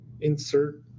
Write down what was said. insert